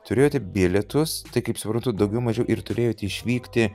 turėjote bilietus tai kaip suprantu daugiau mažiau ir turėjote išvykti